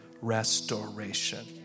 restoration